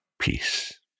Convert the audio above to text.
peace